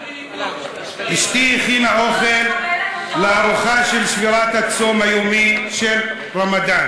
"אשתי הכינה אוכל לארוחה של שבירת הצום היומי של רמדאן,